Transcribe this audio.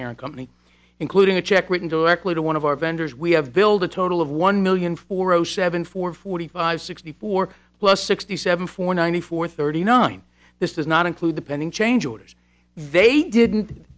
parent company including a check written directly to one of our vendors we have build a total of one million four zero seven four forty five sixty four plus sixty seven four ninety four thirty nine this does not include the pending change orders they didn't